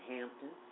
Hampton